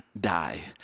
die